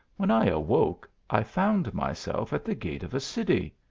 when i awoke, i found myself at the gate of a city.